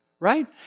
Right